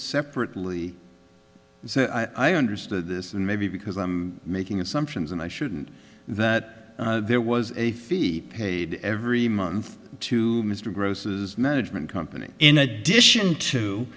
separately so i understood this and maybe because i'm making assumptions and i shouldn't that there was a fee paid every month to mr gross's management company in addition to